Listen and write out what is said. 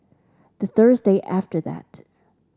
the Thursday after that